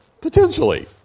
Potentially